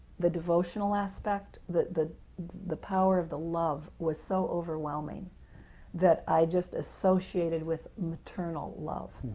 the devotional aspect, that the the power of the love was so overwhelming that i just associated with maternal love.